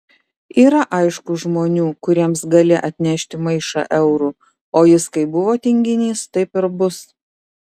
yra aišku žmonių kuriems gali atnešti maišą eurų o jis kaip buvo tinginys taip ir bus